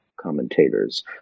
commentators